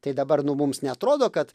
tai dabar nu mums neatrodo kad